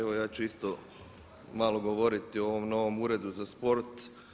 Evo ja ću isto malo govoriti o ovom novom Uredu za sport.